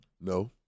No